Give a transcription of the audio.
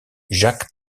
jacques